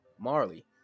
Marley